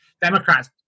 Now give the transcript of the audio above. democrats